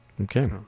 Okay